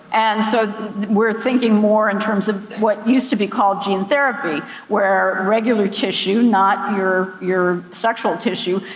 and so we're thinking more in terms of what used to be called gene therapy, where regular tissue, not your your sexual tissue,